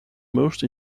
most